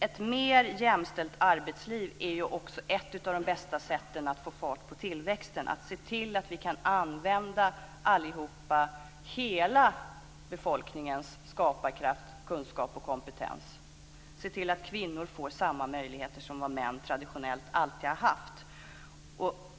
Ett mer jämställt arbetsliv är också ett av de bästa sätten att få fart på tillväxten, att se till att vi kan använda hela befolkningens skaparkraft, kunskap och kompetens och se till att kvinnor får samma möjligheter som män traditionellt alltid har haft.